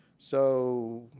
so,